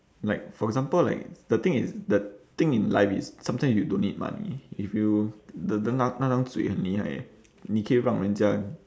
like for example like the thing is the thing in life is sometime you don't need money if you the the 那那张嘴很厉害你可以让人家